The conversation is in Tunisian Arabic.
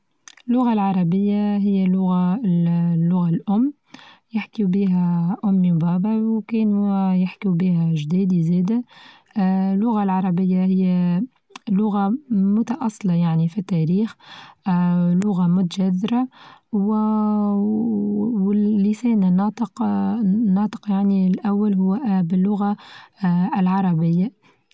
اللغة العربية هي لغة اللغة-اللغة الأم، يحكيو بيها أمي وبابا وكانوا يحكيو بيها چدادى زادا، آآ اللغة العربية هي لغة متأصلة يعني في التاريخ آآ لغة متجذرة والليسان الناطق ناطق يعنى الأول هو باللغة العربية.